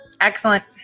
Excellent